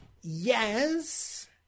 Yes